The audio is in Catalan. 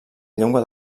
llengua